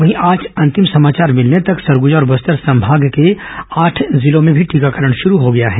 वहीं आज अंतिम समाचार मिलने तक सरगुजा और बस्तर संभाग के आठ अन्य जिलों में भी टीकाकरण शुरू हो गया है